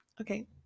okay